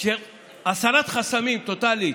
של הסרת חסמים טוטלית,